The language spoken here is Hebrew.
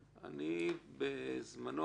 ה-25%.